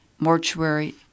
Mortuary